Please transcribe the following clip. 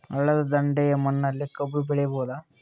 ಹಳ್ಳದ ದಂಡೆಯ ಮಣ್ಣಲ್ಲಿ ಕಬ್ಬು ಬೆಳಿಬೋದ?